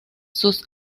sus